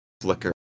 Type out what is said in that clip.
flicker